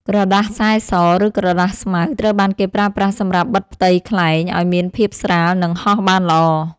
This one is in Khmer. ក្រដាសសែស ឬក្រដាសស្មៅ ត្រូវបានគេប្រើប្រាស់សម្រាប់បិទផ្ទៃខ្លែងឱ្យមានភាពស្រាល និងហោះបានល្អ។